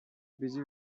busy